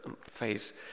face